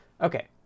Okay